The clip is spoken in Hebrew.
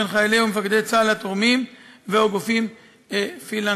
בין חיילי ומפקדי צה"ל לתורמים או גופים פילנתרופיים.